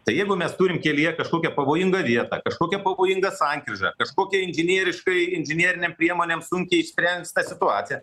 tai jeigu mes turim kelyje kažkokią pavojingą vietą kažkokią pavojingą sankryžą kažkokią inžineriškai inžinerinėm priemonėm sunkiai išsprenstą situaciją